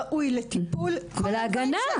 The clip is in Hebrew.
ראוי לטיפול ולהגנה.